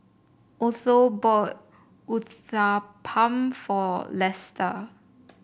Otho bought Uthapam for Lesta